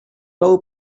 low